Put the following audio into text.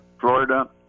Florida